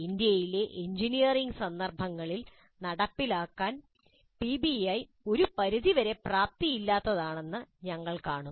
ഇന്ത്യയിലെ എഞ്ചിനീയറിംഗ് സന്ദർഭങ്ങളിൽ നടപ്പാക്കാൻ പിബിഐ ഒരു പരിധിവരെ പ്രാപ്തിയില്ലാത്തതെന്ന് ഞങ്ങൾ കാണും